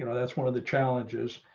you know that's one of the challenges.